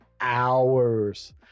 hours